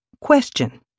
Question